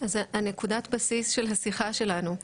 זה נקודת הבסיס של השיחה שלנו.